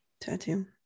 tattoo